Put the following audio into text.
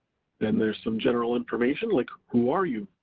then there's some general information like who are you,